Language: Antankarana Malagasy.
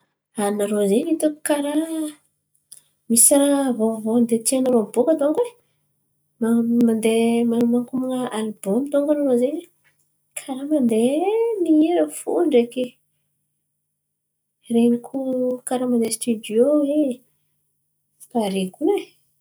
Anarô zen̈y hitako karà, misy raha vôvô ten̈a tia narô aboaka dônko e! Man̈o mandeha man̈o makoman̈a alibômy dônko anarô izen̈y, karà mandeha mihira fo ndreky, ren̈iko karà mandeha sitidiô oe. Pare kony e!